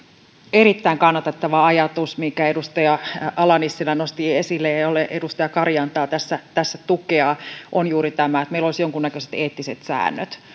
erittäin kannatettava ajatus jonka edustaja ala nissilä nosti esille ja ja jolle edustaja kari antaa tässä tässä tukea on juuri tämä että meillä olisi jonkunnäköiset eettiset säännöt